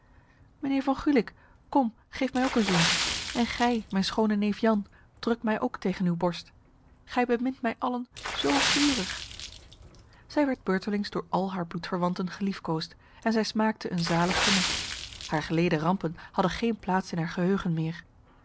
mijnheer van gulik kom geef mij ook een zoen en gij mijn schone neef jan druk mij ook tegen uw borst gij bemint mij allen zo vurig zij werd beurtelings door al haar bloedverwanten geliefkoosd en zij smaakte een zalig genot haar geleden rampen hadden geen plaats in haar geheugen meer